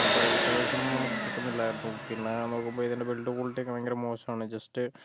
അപ്പോൾ എയിറ്റ് അവെർസോന്നും നമുക്ക് കിട്ടുന്നില്ലായിരുന്നു പിന്നെ നോക്കുമ്പോൾ ഇതിൻ്റെ ബിൽഡ്ക്വാളിറ്റിയൊക്കെ ഭയങ്കര മോശാണ് ജസ്റ്റ്